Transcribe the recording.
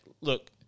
look